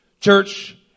Church